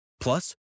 Plus